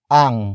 ang